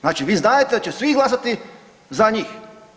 Znači vi znadete da će svi glasati za njih.